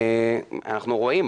אנחנו רואים,